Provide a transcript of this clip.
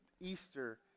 Easter